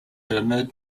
herman